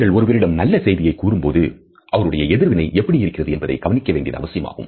நீங்கள் ஒருவரிடம் நல்ல செய்தியை கூறும்போது அவருடைய எதிர்வினை எப்படி இருக்கிறது என்பதை கவனிக்க வேண்டியது அவசியமாகும்